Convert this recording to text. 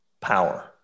power